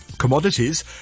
Commodities